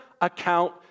account